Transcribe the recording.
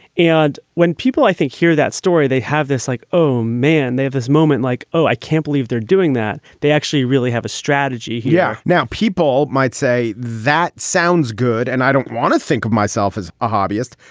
and when people, i think hear that story, they have this like, oh, man, they have this moment like, oh, i can't believe they're doing that. they actually really have a strategy yeah. now, people might say that sounds good. and i don't want to think of myself as a hobbyist.